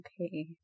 Okay